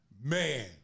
Man